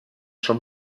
schon